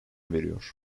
veriyor